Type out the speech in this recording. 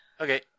Okay